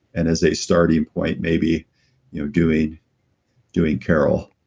and as a starting point maybe you know doing doing car o l.